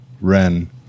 Ren